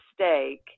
mistake